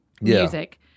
music